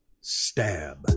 Stab